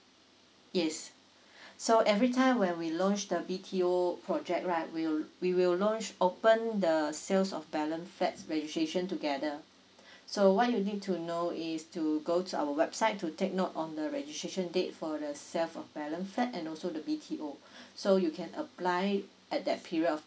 yes so every time when we launch the B_T_O project right we'll we will launch open the sales of balance flats registration together so what you need to know is to go to our website to take note on the registration date for the sales of balance flat and also the B_T_O so you can apply at that period of